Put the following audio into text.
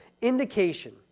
indication